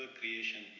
creation